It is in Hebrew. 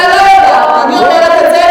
אני אומרת את זה,